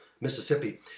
Mississippi